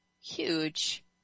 huge